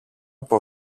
από